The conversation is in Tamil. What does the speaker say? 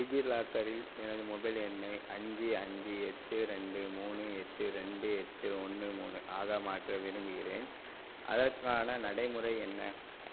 டிஜிலாக்கரில் எனது மொபைல் எண்ணை அஞ்சு அஞ்சு எட்டு ரெண்டு மூணு எட்டு ரெண்டு எட்டு ஒன்று மூணு ஆக மாற்ற விரும்புகிறேன் அதற்கான நடைமுறை என்ன